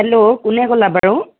hello কোনে ক'লা বাৰু